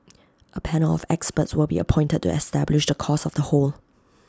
A panel of experts will be appointed to establish the cause of the hole